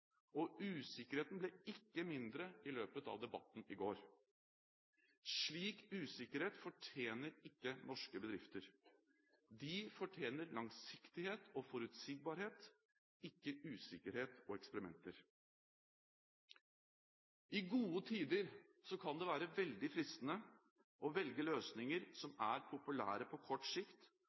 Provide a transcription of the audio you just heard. og usikkerheten ble ikke mindre i løpet av debatten i går. Slik usikkerhet fortjener ikke norske bedrifter. De fortjener langsiktighet og forutsigbarhet, ikke usikkerhet og eksperimenter. I gode tider kan det være veldig fristende å velge løsninger som er populære på kort sikt,